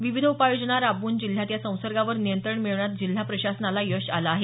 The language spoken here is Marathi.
विविध उपाय योजना राबवून जिल्ह्यात या संसर्गावर नियंत्रण मिळवण्यात जिल्हा प्रशासनाला यश आलं आहे